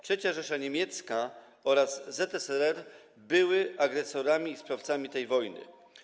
III Rzesza Niemiecka oraz ZSRR były agresorami i sprawcami tej wojny.